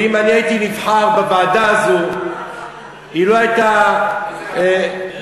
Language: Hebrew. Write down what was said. ואם אני הייתי נבחר לוועדה הזאת היא לא הייתה דואגת,